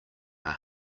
are